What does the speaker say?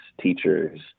teachers